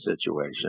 situation